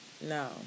No